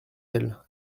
elle